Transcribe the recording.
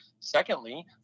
Secondly